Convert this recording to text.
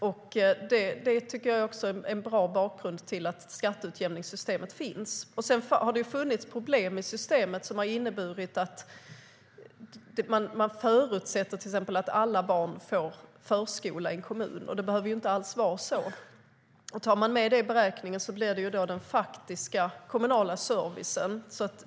Det är också en bra bakgrund till att skatteutjämningssystemet finns. Det har funnits problem i systemet. Man förutsätter till exempel att alla barn i en kommun får förskola. Det behöver inte alls vara på det sättet. Om man tar med det i beräkningen blir det den faktiska kommunala servicen.